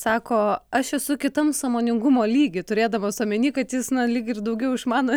sako aš esu kitam sąmoningumo lygį turėdamas omeny kad jis na lyg ir daugiau išmano